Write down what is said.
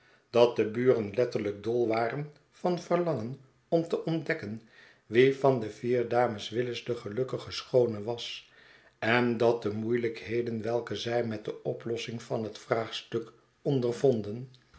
dat de buren letterlijk dol waren van verlangen om te ontdekken wie van de vier dames willis de gelukkige schoone was en dat de moeielijkheid welke zij met de oplossing van h et vraagstuk ondervonden